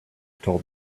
told